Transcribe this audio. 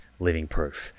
livingproof